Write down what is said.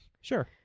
Sure